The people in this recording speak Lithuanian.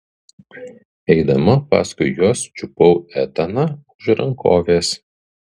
eidama paskui juos čiupau etaną už rankovės